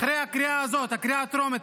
אחרי הקריאה הזאת, הקריאה הטרומית.